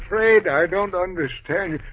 afraid. i don't understand